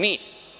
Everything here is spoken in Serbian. Nije.